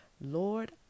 Lord